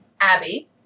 Abby